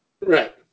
Right